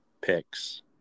picks